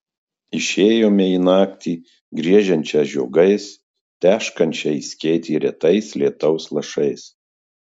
išėjome į naktį griežiančią žiogais teškančią į skėtį retais lietaus lašais